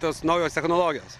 tos naujos technologijos